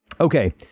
Okay